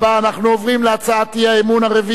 אנחנו עוברים להצעת האי-אמון הרביעית,